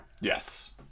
Yes